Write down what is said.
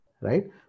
Right